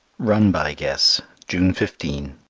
run-by-guess, june fifteen